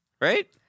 Right